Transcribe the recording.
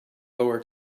lower